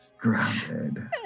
Grounded